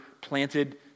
planted